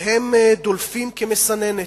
והם דולפים כמסננת.